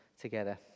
together